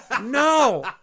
No